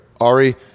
Ari